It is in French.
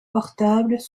portables